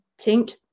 tink